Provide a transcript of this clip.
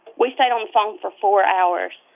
we stayed on the phone for four hours,